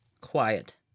quiet